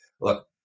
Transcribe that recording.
Look